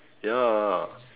ya